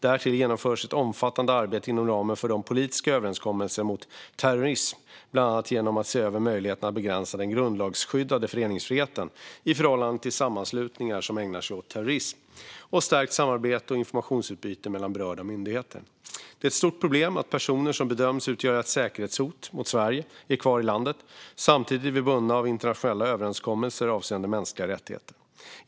Därtill genomförs ett omfattande arbete inom ramen för de politiska överenskommelserna mot terrorism, bland annat genom att se över möjligheterna att begränsa den grundlagsskyddade föreningsfriheten i förhållande till sammanslutningar som ägnar sig åt terrorism, och stärkt samarbete och informationsutbyte mellan berörda myndigheter. Det är ett stort problem att personer som bedöms utgöra ett säkerhetshot mot Sverige är kvar i landet. Samtidigt är vi bundna av internationella överenskommelser avseende mänskliga rättigheter.